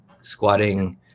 squatting